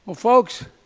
but folks,